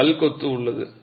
அது கல் கொத்து உள்ளது